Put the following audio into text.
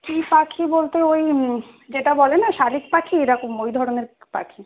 কী পাখি বলতে ওই যেটা বলে না শালিক পাখি এরকম ওই ধরনের পাখি